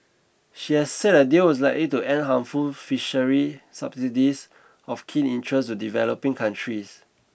she has said a deal was likely to end harmful fisheries subsidies of keen interest to developing countries